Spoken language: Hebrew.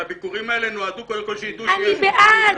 והביקורים האלה נועדו קודם כל שיידעו שיש -- אני בעד,